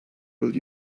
will